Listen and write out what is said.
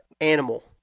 animal